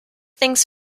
things